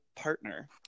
partner